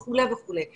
וכו' וכו'.